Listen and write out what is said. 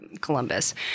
Columbus